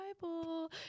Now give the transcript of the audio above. bible